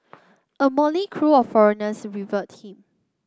a motley crew of foreigners revered him